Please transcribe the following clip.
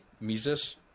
Mises